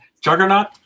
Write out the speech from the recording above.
Juggernaut